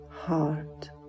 heart